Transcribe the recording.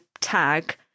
tag